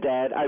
Dad